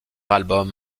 album